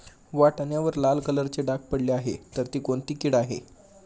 वाटाण्यावर लाल कलरचे डाग पडले आहे तर ती कोणती कीड आहे?